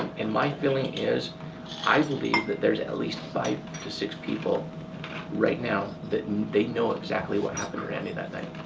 and my feeling is i believe that there's at least five to six people right now that and they know exactly what happened to randy that night.